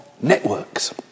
networks